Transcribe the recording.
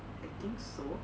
I think so